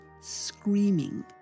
screaming